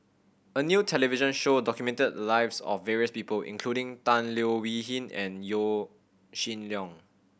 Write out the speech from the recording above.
a new television show documented the lives of various people including Tan Leo Wee Hin and Yaw Shin Leong